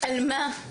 על מה?